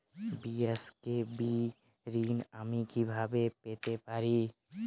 BSKB ঋণ আমি কিভাবে পেতে পারি?